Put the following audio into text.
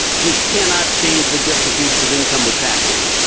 you cannot change the distribution of income with taxes.